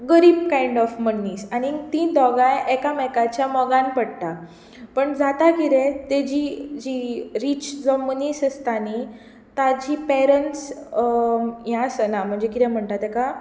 गरीब kind of मनीस आनीक ती दोगांय एकामेकाच्या मोगान पडटात पण जाता कितें की जी रिच जो मनीस आसता न्ही ताची पॅरेंटस हे आसना म्हणजे कितें म्हणटा तेका